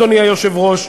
אדוני היושב-ראש,